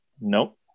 Nope